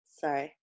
sorry